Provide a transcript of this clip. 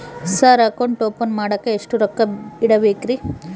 Sir account open ಮಾಡಾಕ ಎಷ್ಟು ರೊಕ್ಕ ಇಡಬೇಕ್ರಿ?